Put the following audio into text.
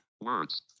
words